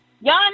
Y'all